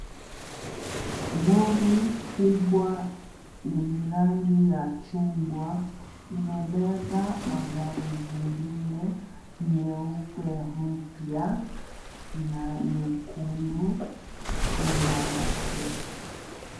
Lori kubwa yenye rangi ya chungwa, imebeba magari zingine nyeupe mpya na nyekundu nyuma yake.